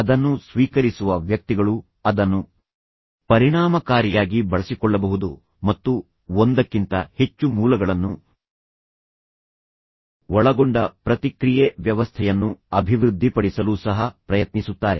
ಅದನ್ನು ಸ್ವೀಕರಿಸುವ ವ್ಯಕ್ತಿಗಳು ಅದನ್ನು ಪರಿಣಾಮಕಾರಿಯಾಗಿ ಬಳಸಿಕೊಳ್ಳಬಹುದು ಮತ್ತು ಒಂದಕ್ಕಿಂತ ಹೆಚ್ಚು ಮೂಲಗಳನ್ನು ಒಳಗೊಂಡ ಪ್ರತಿಕ್ರಿಯೆ ವ್ಯವಸ್ಥೆಯನ್ನು ಅಭಿವೃದ್ಧಿಪಡಿಸಲು ಸಹ ಪ್ರಯತ್ನಿಸುತ್ತಾರೆ